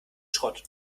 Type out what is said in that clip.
schrott